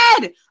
dead